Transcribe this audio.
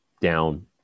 down